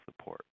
support